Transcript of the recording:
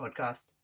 podcast